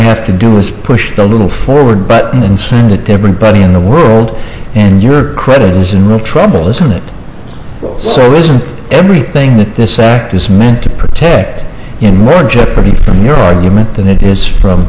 have to do is push the little forward button and send it to everybody in the world and your credit is in real trouble isn't it sir isn't everything in this sack use meant to protect you more jeopardy from your argument than it is from